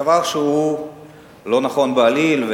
דבר שהוא לא נכון בעליל.